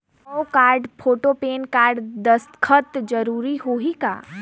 हव card, photo, PAN card, दस्खत जरूरी होही का?